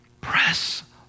press